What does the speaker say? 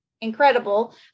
incredible